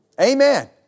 Amen